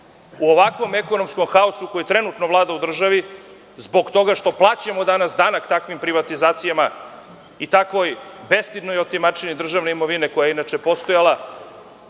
U ovakvom ekonomskom haosu koji trenutno vlada u državi zbog toga što plaćamo danas takvim privatizacijama i takvoj bestidnoj otimačini državne imovine, koja je inače postojala,